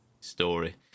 story